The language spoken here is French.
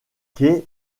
quai